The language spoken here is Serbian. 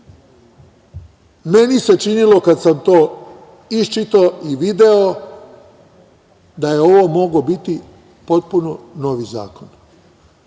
Meni se činilo kada sam to iščitao i video da je ovo mogao biti potpuno novi zakon.